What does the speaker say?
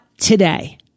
today